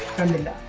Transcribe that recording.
hundred and